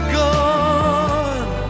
gone